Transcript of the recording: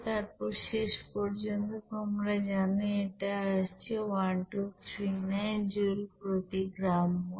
তারপর শেষ পর্যন্ত তোমরা জানো এটা আসছে 1239 জুল প্রতিগ্রাম মোল